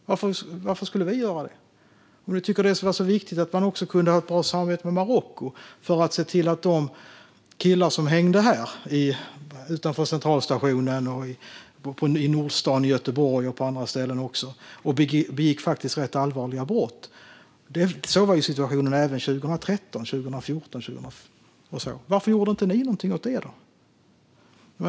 Varför skulle vi göra det? Varför gjorde ni inget åt situationen om ni nu tycker att det är så viktigt att ha ett bra samarbete med Marocko, med tanke på de killar som hängde utanför Centralstationen, i Nordstan i Göteborg och på andra ställen och faktiskt begick ganska allvarliga brott? Sådan var ju situationen även 2013 och 2014. Varför gjorde ni inte något åt det?